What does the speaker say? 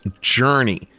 Journey